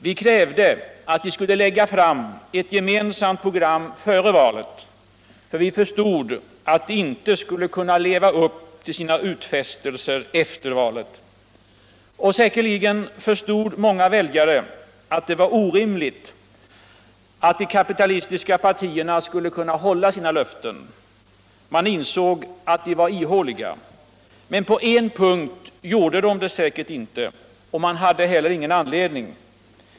Vi krävde att de skulle lägga fram ett gemensamt program före välet. Vi förstod att de inte skulle kunna leva upp tull sina Allmänpolitisk debatt Allmänpolitisk debatt utfästelser efier valet. Säkerligen förstod många väljare att det var orimligt att de kapitalistiska partierna skulle kunna hålla sina löften. Man insåg att de var ihåliga. Men på en punkt gjorde man det säkert inte. Och man.hade heller ingen anledning att göra det.